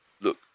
Look